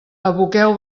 aboqueu